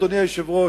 אדוני היושב-ראש,